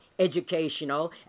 educational